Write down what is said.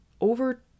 over